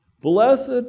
Blessed